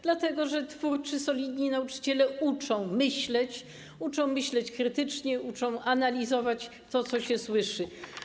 Dlatego że twórczy, solidni nauczyciele uczą myśleć, uczą myśleć krytycznie, uczą analizować to, co się słyszy.